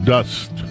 Dust